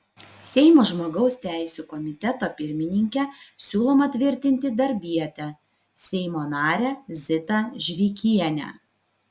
seimo žmogaus teisių komiteto pirmininke siūloma tvirtinti darbietę seimo narę zitą žvikienę